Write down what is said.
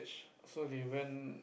so they went